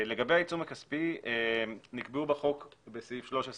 לגבי העיצום הכספי נקבעו בחוק בסעיף 13